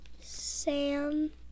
Sam